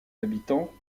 habitants